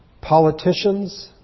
Politicians